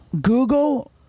Google